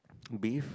beef